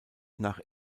nach